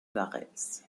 varèse